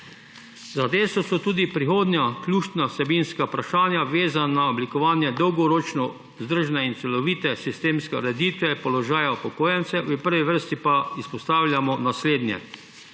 Za Desus so tudi prihodnja ključna vsebinska vprašanja vezana na oblikovanje dolgoročno vzdržne in celovite sistemske ureditve položaja upokojencev. V prvi vrsti pa izpostavljamo naslednje: